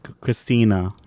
Christina